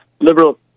liberal